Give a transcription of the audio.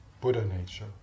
Buddha-nature